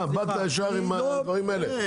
למה באת עם כל הדברים האלה?